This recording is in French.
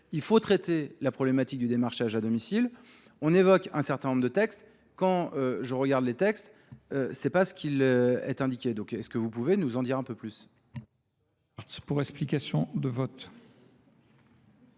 il faut traiter la problématique du démarchage à domicile. On évoque un certain nombre de textes. Quand je regarde les textes, ce n'est pas ce qu'il est indiqué. Est-ce que vous pouvez nous en dire un peu plus ? Pour explication de vote.